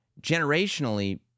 generationally